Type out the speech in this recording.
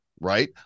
right